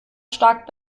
stark